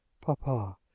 Papa